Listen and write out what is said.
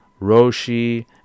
Roshi